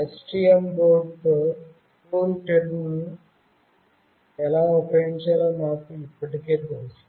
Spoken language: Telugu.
STM బోర్డుతో కూల్టెర్మ్ను ఎలా ఉపయోగించాలో మాకు ఇప్పటికే తెలుసు